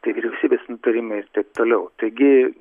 tai vyriausybės nutarimai ir taip toliau taigi